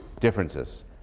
differences